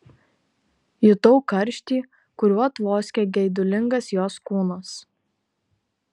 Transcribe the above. jutau karštį kuriuo tvoskė geidulingas jos kūnas